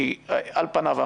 כי על פניו,